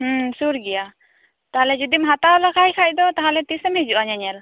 ᱦᱮᱸ ᱥᱩᱨ ᱜᱮᱭᱟ ᱛᱟᱦᱚᱞᱮ ᱡᱚᱫᱤᱢ ᱦᱟᱛᱟᱣ ᱞᱮᱠᱟ ᱠᱷᱟᱱ ᱫᱚ ᱛᱟᱦᱚᱞᱮ ᱛᱤᱥᱮᱢ ᱦᱤᱡᱩᱜᱼᱟ ᱧᱮᱧᱮᱞ